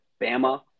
Bama